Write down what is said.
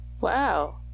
Wow